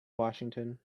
washington